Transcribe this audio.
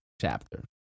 chapter